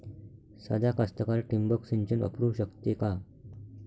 सादा कास्तकार ठिंबक सिंचन वापरू शकते का?